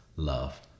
Love